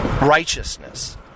righteousness